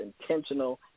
intentional